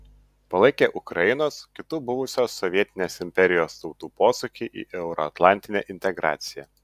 palaikė ukrainos kitų buvusios sovietinės imperijos tautų posūkį į euroatlantinę integraciją